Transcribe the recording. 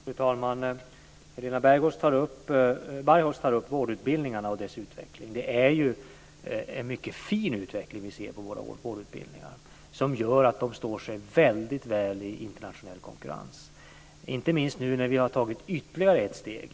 Fru talman! Helena Bargholtz tar upp utvecklingen av vårdutbildningarna. Vi ser en fin utveckling av vårdutbildningarna, som gör att de står sig väldigt väl i internationell konkurrens. Detta gäller inte minst när vi nu har tagit ytterligare ett steg.